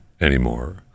anymore